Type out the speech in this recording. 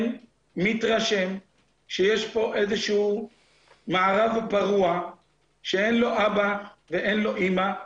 מי שקורא את הדוח אכן מתרשם שיש פה מערב פרוע שאין לו אבא ואין אמא,